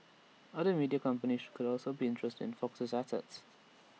other media companies could also be interested in Fox's assets